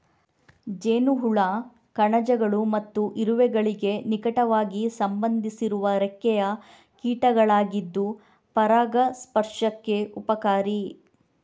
ಜೇನುಹುಳ ಕಣಜಗಳು ಮತ್ತು ಇರುವೆಗಳಿಗೆ ನಿಕಟವಾಗಿ ಸಂಬಂಧಿಸಿರುವ ರೆಕ್ಕೆಯ ಕೀಟಗಳಾಗಿದ್ದು ಪರಾಗಸ್ಪರ್ಶಕ್ಕೆ ಉಪಕಾರಿ